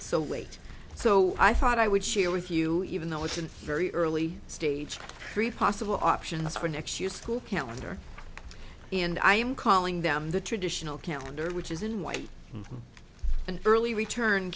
so wait so i thought i would share with you even though it's a very early stage three possible options for next year's school calendar and i'm calling them the traditional calendar which is in white an early return